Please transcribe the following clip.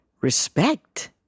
respect